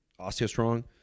osteostrong